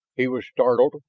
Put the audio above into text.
he was startled,